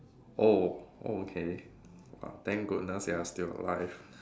oh oh okay thank goodness you are still alive